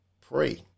Pray